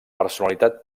personalitat